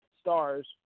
stars